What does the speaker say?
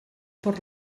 per